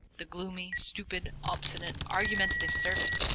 the gloomy, stupid, obstinate, argumentative servant,